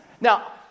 Now